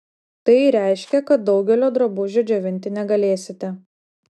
tai reiškia kad daugelio drabužių džiovinti negalėsite